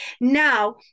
Now